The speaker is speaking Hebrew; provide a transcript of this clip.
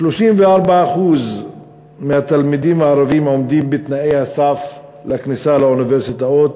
34% מהתלמידים הערבים עומדים בתנאי הסף לכניסה לאוניברסיטאות,